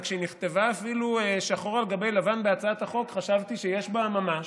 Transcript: וכשהיא נכתבה אפילו שחור על גבי לבן בהצעת החוק חשבתי שיש בה ממש,